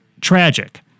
tragic